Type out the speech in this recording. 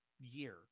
year